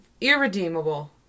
irredeemable